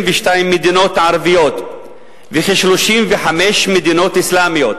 מדינות ערביות ול-35 מדינות אסלאמיות,